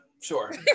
sure